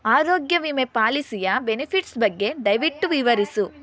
ಆರೋಗ್ಯ ವಿಮೆ ಪಾಲಿಸಿಯ ಬೆನಿಫಿಟ್ಸ್ ಬಗ್ಗೆ ದಯವಿಟ್ಟು ವಿವರಿಸು